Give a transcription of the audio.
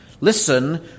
listen